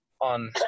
on